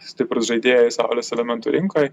stiprūs žaidėjai saulės elementų rinkoj